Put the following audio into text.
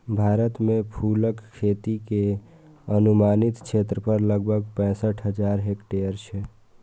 भारत मे फूलक खेती के अनुमानित क्षेत्रफल लगभग पैंसठ हजार हेक्टेयर छै